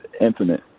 infinite